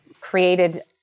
created